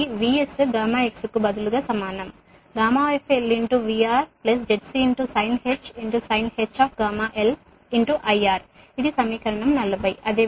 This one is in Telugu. కాబట్టి VS γx కు బదులుగా సమానం γl VRZCsinh γl IR ఇది సమీకరణం 40